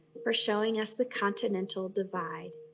for showing us the continental divide.